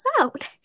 out